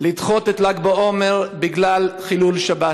לדחות את ל"ג בעומר בגלל חילול שבת.